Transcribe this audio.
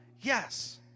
Yes